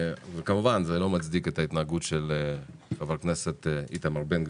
כמובן שזה לא מצדיק את ההתנהגות של חבר הכנסת איתמר בן גביר,